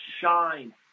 shine